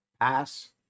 ass